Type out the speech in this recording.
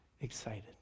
excited